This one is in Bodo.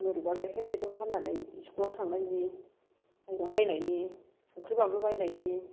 माबोरैबा गायखेर सेरना फाननानै स्कुलाव थांनायनि माइरं बायनायनि संख्रि बानलु बायनायनि